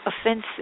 offensive